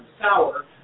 sour